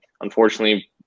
unfortunately